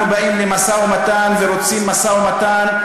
אנחנו באים למשא-ומתן ורוצים משא-ומתן,